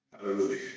Hallelujah